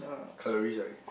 cutlery right